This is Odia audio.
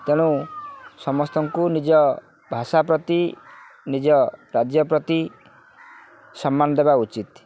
ତେଣୁ ସମସ୍ତଙ୍କୁ ନିଜ ଭାଷା ପ୍ରତି ନିଜ ରାଜ୍ୟ ପ୍ରତି ସମ୍ମାନ ଦେବା ଉଚିତ୍